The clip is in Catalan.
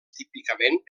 típicament